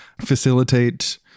facilitate